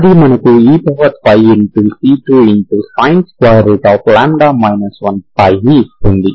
అది మనకు ec2 sinλ 1ని ఇస్తుంది